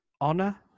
honor